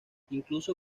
incluso